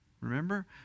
Remember